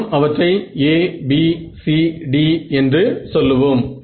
நாம் அவற்றை ABCD என்று சொல்லுவோம்